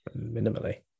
Minimally